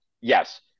Yes